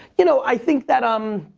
you know, i think that um.